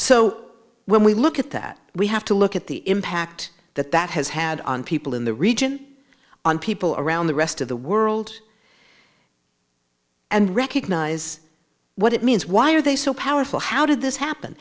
so when we look at that we have to look at the impact that that has had on people in the region on people around the rest of the world and recognize what it means why are they so powerful how did this happen